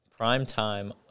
Primetime